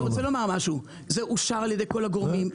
זה אושר על ידי כל הגורמים,